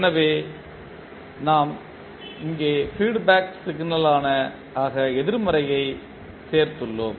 எனவே இங்கே நாம் ஃபீட் பேக் சிக்னல் ஆக எதிர்மறையைச் சேர்த்துள்ளோம்